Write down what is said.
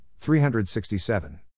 367